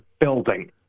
building